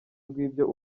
rw’ibyo